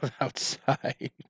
outside